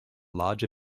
larger